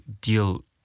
deal